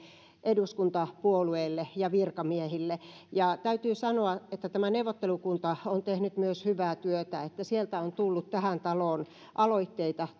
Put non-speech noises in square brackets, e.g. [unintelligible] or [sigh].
eduskuntapuolueille ja virkamiehille täytyy sanoa että tämä neuvottelukunta on myös tehnyt hyvää työtä sieltä on tullut tähän taloon aloitteita [unintelligible]